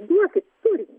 duokit turinį